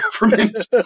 government